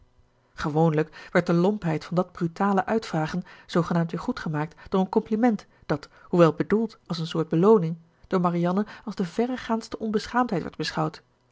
gewoonlijk werd de lompheid van dat brutale uitvragen zoogenaamd weer goedgemaakt door een compliment dat hoewel bedoeld als een soort belooning door marianne als de verregaandste onbeschaamdheid werd beschouwd